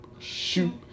Shoot